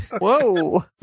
Whoa